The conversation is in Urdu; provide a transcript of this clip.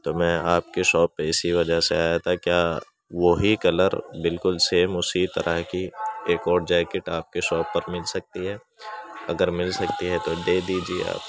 تو میں آپ کے شاپ پہ اسی وجہ سے آیا تھا کیا وہی کلر بالکل سیم اسی طرح کی ایک اور جیکٹ آپ کے شاپ پر مل سکتی ہے اگر مل سکتی ہے تو دے دیجیے آپ